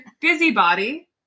Busybody